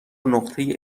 نقطه